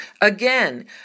Again